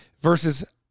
versus